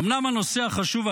אומנם כעת הנושא החשוב,